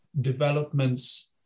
developments